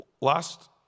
last